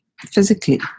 physically